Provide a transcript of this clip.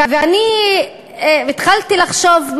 והתחלתי לחשוב,